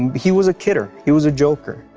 and he was a kidder, he was a joker.